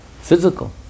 physical